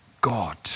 God